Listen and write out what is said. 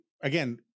again